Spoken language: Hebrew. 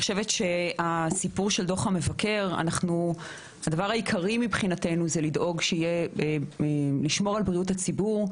בנושא דוח המבקר הדבר העיקרי מבחינתנו הוא לשמור על בריאות הציבור,